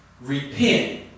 Repent